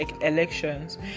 elections